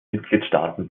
mitgliedstaaten